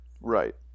Right